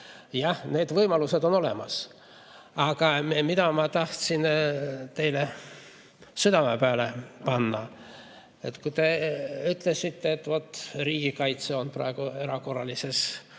Jah, need võimalused on olemas. Aga ma tahan teile südame peale panna seda. Te ütlesite, et riigikaitse on praegu erakorralises